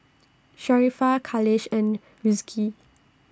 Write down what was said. Sharifah Khalish and Rizqi